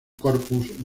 corpus